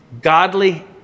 Godly